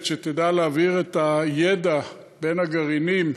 שתדע להעביר את הידע בין הגרעינים,